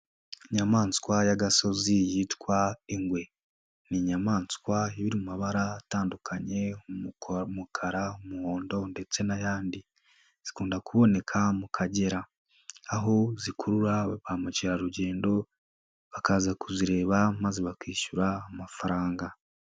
Inyamaswa y'agasozi yitwa ingwe ni inyamaswa iba iri mu mabara atandukanye umukara, umuhondo ndetse n'ayandi, zikunda kuboneka mu Kagera aho zikurura ba mukerarugendo bakaza kuzireba maze bakishyura amafaranga.